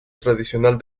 tradicional